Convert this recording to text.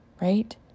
Right